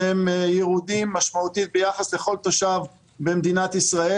שהם ירודים משמעותית ביחס לכל תושב במדינת ישראל